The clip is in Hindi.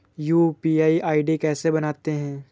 यू.पी.आई आई.डी कैसे बनाते हैं?